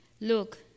look